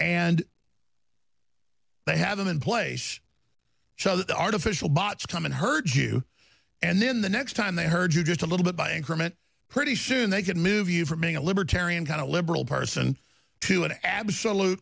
and they have them in place so that the artificial bots come and hurt you and then the next time they heard you just a little bit by increment pretty soon they can move you from being a libertarian kind of liberal person to an absolute